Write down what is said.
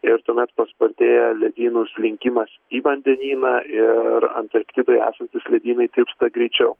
ir tuomet paspartėja ledynų slinkimas į vandenyną ir antarktidoj esantys ledynai tirpsta greičiau